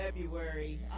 February